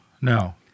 no